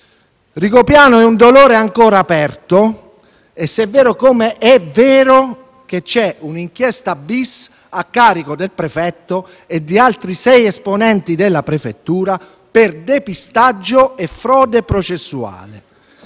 Rigopiano è un dolore ancora aperto, se è vero, come è vero, che c'è un'inchiesta *bis* a carico del prefetto e di altri sei esponenti della prefettura per depistaggio e frode processuale.